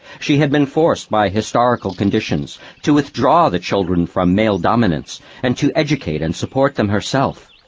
she had been forced by historical conditions to withdraw the children from male dominance and to educate and support them herself.